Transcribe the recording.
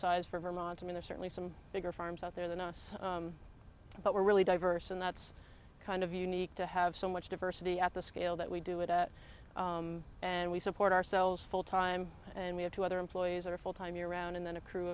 for vermont i mean there's certainly some bigger farms out there than us but we're really diverse and that's kind of unique to have so much diversity at the scale that we do it at and we support ourselves full time and we have two other employees or full time year round and then a crew